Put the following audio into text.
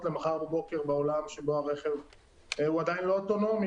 למחר בבוקר בעולם שבו הרכב הוא עדיין לא אוטונומי,